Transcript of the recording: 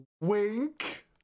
wink